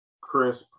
crisp